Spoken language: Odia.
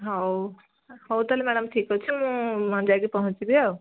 ହେଉ ହେଉ ତାହେଲେ ମ୍ୟାଡମ୍ ଠିକ୍ ଅଛି ଆଉ ମୁଁ ଯାଇକି ପହଁଚିବି ଆଉ